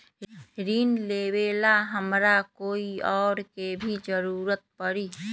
ऋन लेबेला हमरा कोई और के भी जरूरत परी?